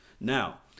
Now